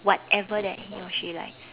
whatever that he or she likes